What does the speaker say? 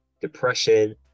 depression